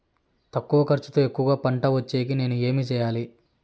తక్కువ ఖర్చుతో ఎక్కువగా పంట వచ్చేకి నేను ఏమి చేయాలి?